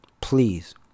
Please